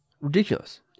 Ridiculous